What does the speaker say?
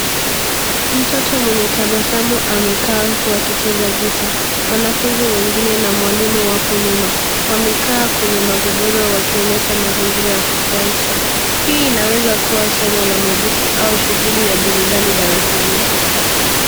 Mtoto mwenye tabasamu amekaa huku akicheza gitaa. Wanafunzi wengine na mwalimu wapo nyuma. Wamekaa kwenye magodoro wakionyesha mazingira ya kufurahisha. Hii inaweza somo la muziki au shughuli ya burudani darasani.